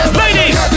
ladies